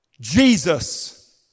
Jesus